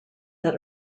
that